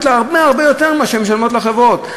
להן הרבה הרבה יותר ממה שהן משלמות לעובדות.